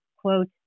quote